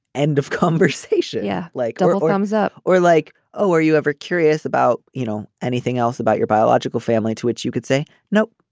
end of conversation. yeah like a little thumbs up or like oh were you ever curious about you know anything else about your biological family to which you could say no.